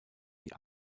die